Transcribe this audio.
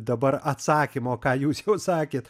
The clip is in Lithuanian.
dabar atsakymo ką jūs sakėt